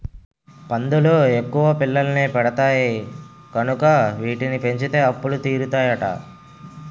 పందులు ఎక్కువ పిల్లల్ని పెడతాయి కనుక వీటిని పెంచితే అప్పులు తీరుతాయట